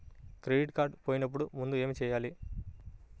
Credit card పోయినపుడు ముందుగా ఏమి చేయాలి?